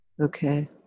Okay